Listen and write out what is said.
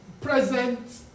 present